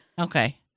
Okay